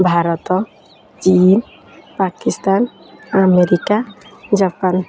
ଭାରତ ଚୀନ୍ Pakistan America Japan